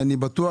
אני בטוח,